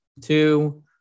two